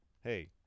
Hey